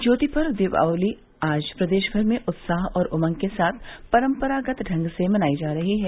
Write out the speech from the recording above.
ज्योतिपर्व दीपावली आज प्रदेश भर में उत्साह और उमंग के साथ परम्परागत ढंग से मनाई जा रही है